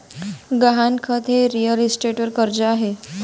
गहाणखत हे रिअल इस्टेटवर कर्ज आहे